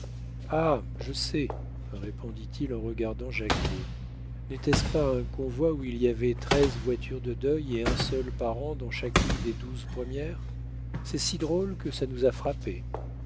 ah je sais répondit-il en regardant jacquet n'était-ce pas un convoi où il y avait treize voitures de deuil et un seul parent dans chacune des douze premières c'était si drôle que ça nous a frappés